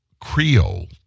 Creole